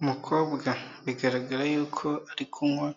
Umukobwa bigaragara yuko ari kunywa